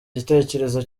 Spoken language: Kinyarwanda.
igitekerezo